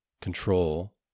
control